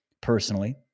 personally